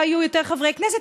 לא היו יותר חברי כנסת,